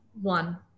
one